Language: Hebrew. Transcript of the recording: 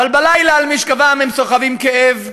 אבל בלילה, על משכבם, הם סוחבים כאב,